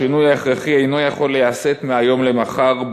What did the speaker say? השינוי ההכרחי אינו יכול להיעשות מהיום למחר,